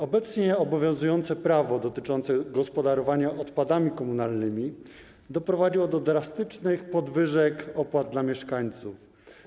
Obecnie obowiązujące prawo dotyczące gospodarowania odpadami komunalnymi doprowadziło do drastycznych podwyżek opłat dla mieszkańców.